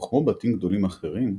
וכמו בתים גדולים אחרים,